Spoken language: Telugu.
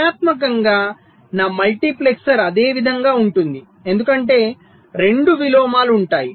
క్రియాత్మకంగా నా మల్టీప్లెక్సర్ అదే విధంగా ఉంటుంది ఎందుకంటే రెండు విలోమాలు ఉంటాయి